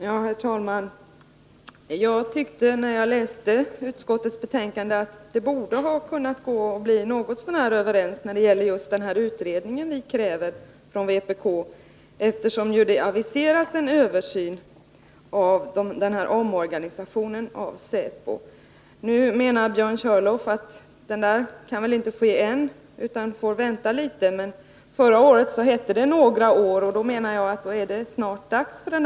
Herr talman! Jag tyckte när jag läste utskottets betänkande att det borde ha gått att bli något så när överens när det gäller den utredning vpk kräver, eftersom det aviserats en översyn av omorganisationen av säpo. Nu menar Björn Körlof att utredningen inte kan göras ännu utan får vänta litet. Men förra året hette det att den skulle ske ”om några år”, och i så fall är det, menar jag, snart dags för den.